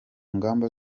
ngamba